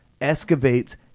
excavates